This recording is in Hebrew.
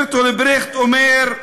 ברטולד ברכט אומר: